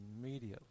Immediately